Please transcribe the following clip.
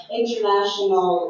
international